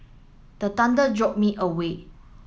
the thunder jolt me away